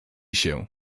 się